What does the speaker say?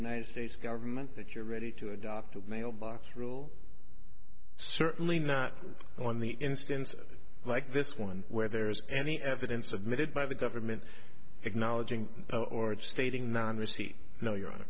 united states government that you're ready to adopt a mailbox rule certainly not on the instances like this one where there is any evidence of method by the government acknowledging or stating non greasy no your